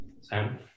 Sam